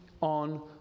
on